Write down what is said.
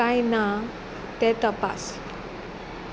काय ना तें तपास